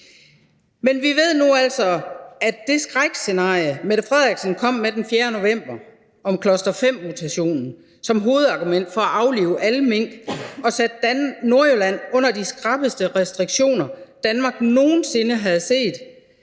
Men vi ved nu altså, at det skrækscenarie, statsministeren kom med den 4. november om cluster-5-mutationen som hovedargument for at aflive alle mink og sætte Nordjylland under de skrappeste restriktioner, Danmark nogen sinde havde set,